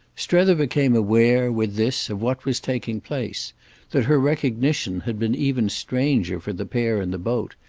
strether became aware, with this, of what was taking place that her recognition had been even stranger for the pair in the boat,